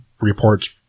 Reports